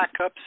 backups